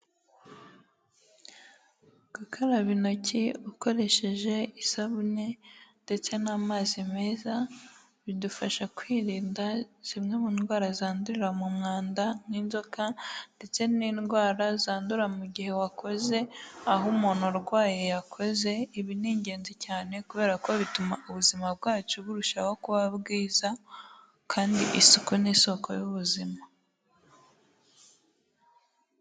Gukaraba intoki ukoresheje isabune ndetse n'amazi meza bidufasha kwirinda zimwe mu ndwara zandurira mu mwanda, nk'inzoka ndetse n'indwara zandurira mu gihe wakoze aho umuntu urwaye yakoze, ibi ni ingenzi cyane kubera ko bituma ubuzima bwacu burushaho kuba bwiza kandi isuku ni isoko y'ubuzima.